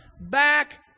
back